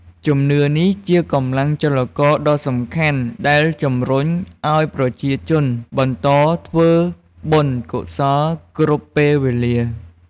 ជំនឿនេះជាកម្លាំងចលករដ៏សំខាន់ដែលជំរុញឱ្យប្រជាជនបន្តធ្វើបុណ្យកុសលគ្រប់ពេលវេលា។